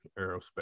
aerospace